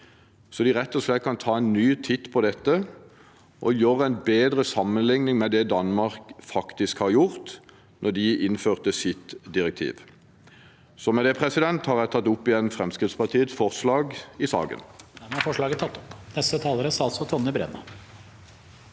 så de rett og slett kan ta en ny titt på det og gjøre en bedre sammenligning med det Danmark faktisk gjorde da de innførte sitt direktiv. Med det tar jeg opp Fremskrittspartiets forslag i saken.